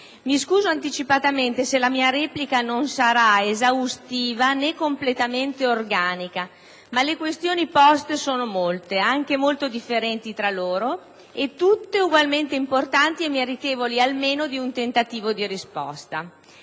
Mi scuso anticipatamente se la mia replica non sarà esaustiva né completamente organica, ma le questioni poste sono molte, anche molto differenti tra loro, e tutte egualmente importanti e meritevoli almeno di un tentativo di risposta.